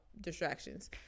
distractions